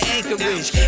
Anchorage